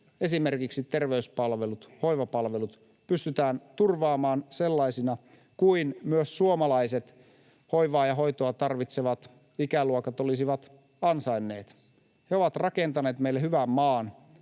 esimerkiksi terveyspalvelut, hoivapalvelut pystytään turvaamaan sellaisina kuin myös suomalaiset hoivaa ja hoitoa tarvitsevat ikäluokat olisivat ne ansainneet. He ovat rakentaneet meille hyvän maan.